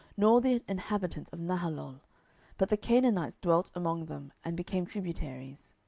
nor the inhabitants of nahalol but the canaanites dwelt among them, and became tributaries.